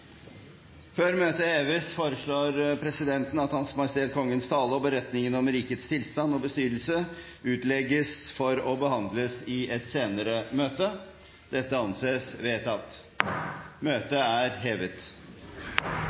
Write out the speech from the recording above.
Før møtet heves foreslår presidenten at Hans Majestet Kongens tale og beretningen om rikets tilstand og bestyrelse utlegges for behandling i et senere møte – og anser det for vedtatt.